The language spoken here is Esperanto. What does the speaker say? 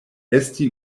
esti